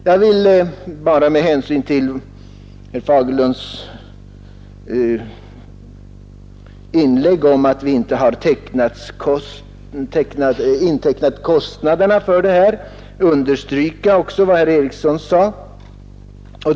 Med anledning av herr Fagerlunds inlägg om att vi inte har anvisat täckning för kostnaderna i detta sammanhang ber jag få hänvisa till vad herr Eriksson i Arvika sade.